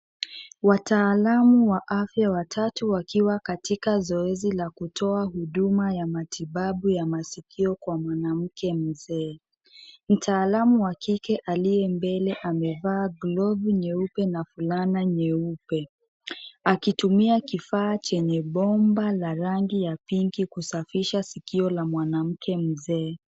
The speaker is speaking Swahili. Wataalamu wa afya watatu wakiwa katika zoezi la kutoa huduma ya matibabu ya masikio kwa mwanamke mzee. Mtaalamu wa kike aliye mbele amevaa glovu nyeupe na fulana nyeupe akitumia kifaa chenye bomba la rangi ya pinki kusafisha sikio la mwanamke mzee.